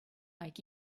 like